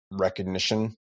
recognition